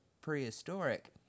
prehistoric